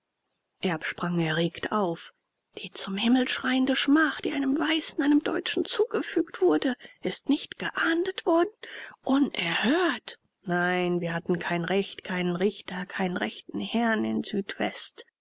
sprang erregt auf die zum himmel schreiende schmach die einem weißen einem deutschen zugefügt wurde ist nicht geahndet worden unerhört nein wir hatten kein recht keinen richter keinen rechten herrn in südwest